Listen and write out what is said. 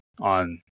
on